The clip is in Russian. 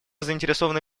заинтересованы